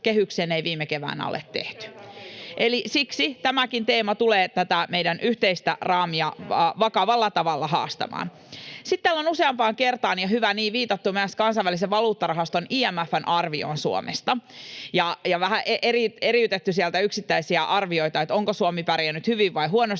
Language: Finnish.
voitte nyt joulukuussa saada?] Eli siksi tämäkin teema tulee tätä meidän yhteistä raamia vakavalla tavalla haastamaan. Sitten täällä on useampaan kertaan, ja hyvä niin, viitattu kansainvälisen valuuttarahaston IMF:n arvioon Suomesta ja vähän eriytetty sieltä yksittäisiä arvioita, että onko Suomi pärjännyt hyvin vai huonosti